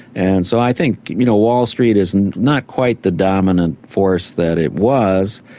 and so i think you know wall street is and not quite the dominant force that it was,